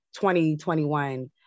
2021